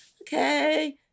okay